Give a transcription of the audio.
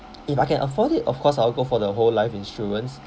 if I can afford it of course I'll go for the whole life insurance